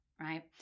right